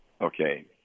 Okay